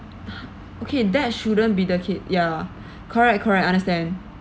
okay that shouldn't be the case ya correct correct understand